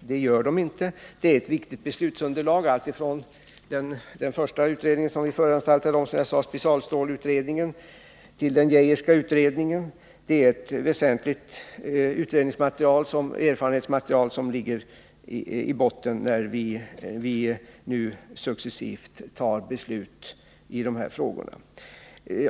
Det gör de inte. Det är ett viktigt beslutsunderlag, alltifrån den första utredning som vi föranstaltade om, specialstålutredningen, till den Geijerska utredningen. Det är ett väsentligt erfarenhetsmaterial, som ligger i botten när vi nu successivt fattar beslut i de här frågorna.